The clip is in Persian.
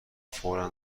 فورا